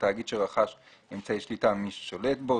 תאגיד שרכש אמצעי שליטה ממי ששולט בו.